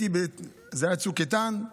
זה היה בצוק איתן,